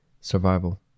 Survival